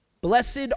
Blessed